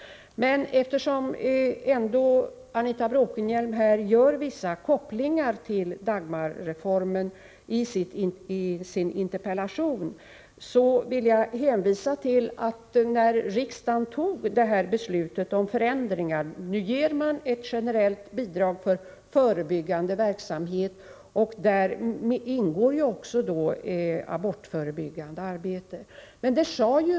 Men eftersom Anita Bråkenhielm gör vissa kopplingar till Dagmarreformen i sin interpellation, vill jag hänvisa till riksdagsbeslutet i samband med att reformen genomfördes. Nu ger man ett generellt bidrag till förebyggande verksamhet, och i den ingår också abortförebyggande arbete.